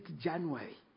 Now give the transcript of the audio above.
January